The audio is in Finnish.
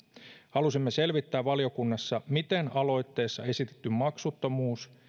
halusimme selvittää valiokunnassa miten aloitteessa esitetty maksuttomuus